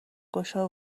گشا